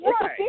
Right